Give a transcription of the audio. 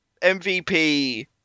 MVP